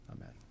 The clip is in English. Amen